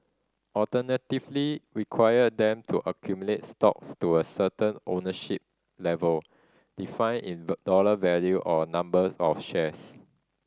alternatively require them to accumulate stock to a certain ownership level defined in the dollar value or number of shares